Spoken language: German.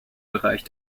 bereich